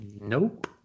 Nope